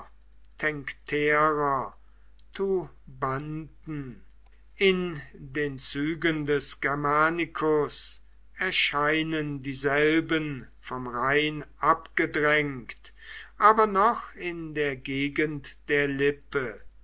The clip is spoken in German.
tencterer tubanten in den zügen des germanicus erscheinen dieselben vom rhein abgedrängt aber noch in der gegend der lippe